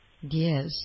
Yes